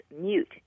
mute